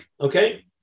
Okay